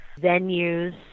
venues